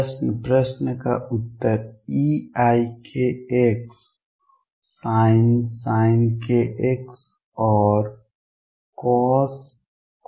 प्रश्न प्रश्न का उत्तर eikx sin kx orcos kx